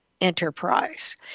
enterprise